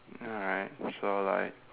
alright so like